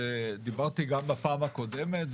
דיברתי גם בפעם הקודמת,